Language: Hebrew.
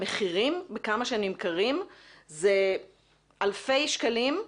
המחירים הם אלפי שקלים,